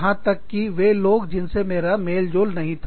यहां तक कि वे लोग जिनसे मेरा मेलजोल नहीं था